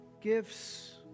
gifts